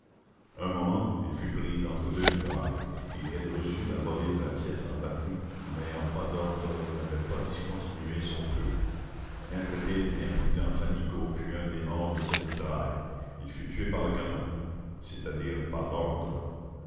un moment elle fut prise entre deux mitrailles et elle reçut la volée de la pièce en batterie qui n'ayant pas d'ordre n'avait pas discontinué son feu l'intrépide et imprudent fannicot fut un des morts de cette mitraille il fut tué par le canon c'est-à-dire par l'ordre